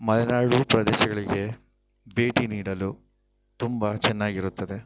ಮಲೆನಾಡು ಪ್ರದೇಶಗಳಿಗೆ ಭೇಟಿ ನೀಡಲು ತುಂಬ ಚೆನ್ನಾಗಿರುತ್ತದೆ